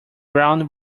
brown